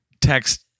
Text